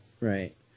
Right